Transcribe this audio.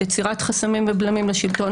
יצירת חסמים ובלמים לשלטון,